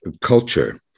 culture